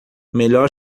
melhor